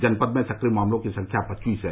जनपद में सक्रिय मामलों की संख्या पच्चीस है